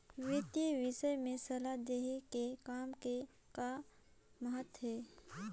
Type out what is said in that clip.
वितीय विषय में सलाह देहे के काम के का महत्ता हे?